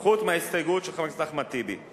חוץ מההסתייגות של חבר הכנסת אחמד טיבי,